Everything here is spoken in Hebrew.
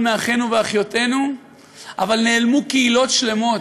מאחינו ואחיותינו אבל נעלמו קהילות שלמות,